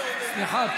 סליחה.